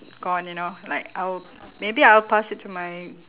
gone you know like I'll maybe I'll pass it to my